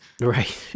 Right